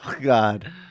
God